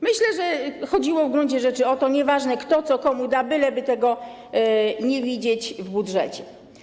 Myślę, że chodziło w gruncie rzeczy o to: nieważne, kto co komu da, byleby tego nie widzieć w budżecie.